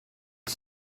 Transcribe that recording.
est